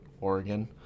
Oregon